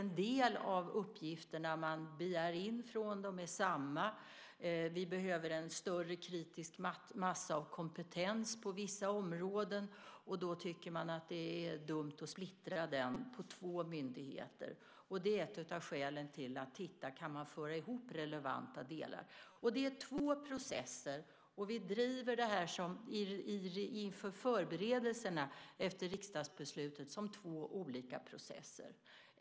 En del av de uppgifter man begär in från dem är samma, och vi behöver en större kritisk massa av kompetens på vissa områden. Då tycker man att det är dumt att splittra den på två myndigheter. Det är ett av skälen till att titta på om man kan föra ihop relevanta delar. Det är två processer. Vi driver det här inför förberedelserna efter riksdagsbeslutet som två olika processer.